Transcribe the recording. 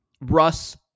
Russ